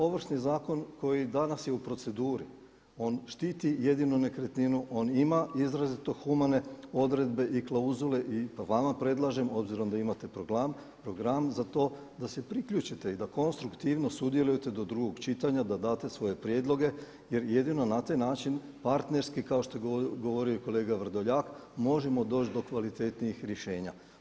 Ovršni zakon koji danas je u proceduri on štiti jedinu nekretninu, on ima izrazito humane odredbe i klauzule i vama predlažem obzirom da imate program da se priključite i da konstruktivno sudjelujete do drugog čitanja, da date svoje prijedloge jer jedino na taj način partnerski kao što je govorio i kolega Vrdoljak možemo doći do kvalitetnijih rješenja.